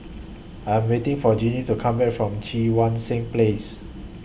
I Am waiting For Jinnie to Come Back from Cheang Wan Seng Place